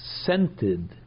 scented